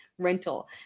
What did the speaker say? rental